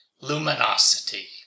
luminosity